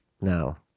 now